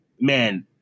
Man